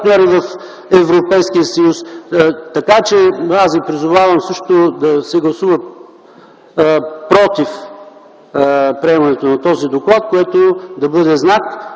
партньори в Европейския съюз, така че аз ви призовавам също да се гласува против приемането на този доклад, което да бъде знак.